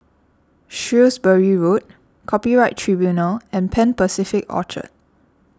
Shrewsbury Road Copyright Tribunal and Pan Pacific Orchard